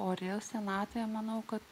ori senatvė manau kad